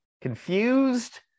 confused